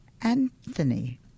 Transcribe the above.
Anthony